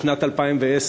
בשנת 2010,